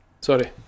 sorry